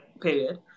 period